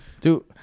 Dude